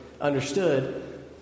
understood